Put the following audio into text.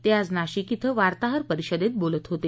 ते आज नाशिक इथं वार्ताहर परिषदेत बोलत होते